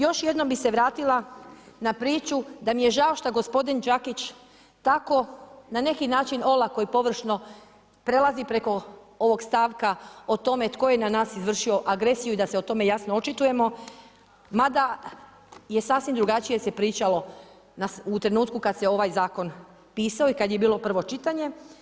Još jednom bih se vratila na priču da mi je žao što gospodin Đakić tako na neki način olako i površno prelazi preko ovog stavka o tome tko je na nas izvršio agresiju i da se o tome jasno očitujemo, mada je sasvim drugačije se pričalo u trenutku kad se ovaj zakon pisao i kad je bilo prvo čitanje.